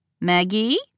Maggie